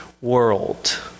world